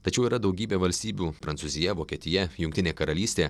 tačiau yra daugybė valstybių prancūzija vokietija jungtinė karalystė